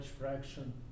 fraction